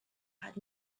had